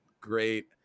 great